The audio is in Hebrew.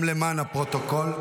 גם למען הפרוטוקול,